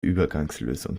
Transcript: übergangslösung